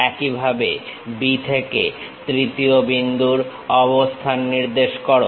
একইভাবে Bথেকে তৃতীয় বিন্দুর অবস্থান নির্দেশ করো